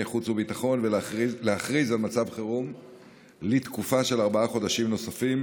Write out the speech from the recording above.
חוץ וביטחון להכריז על מצב חירום לתקופה של ארבעה חודשים נוספים,